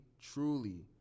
truly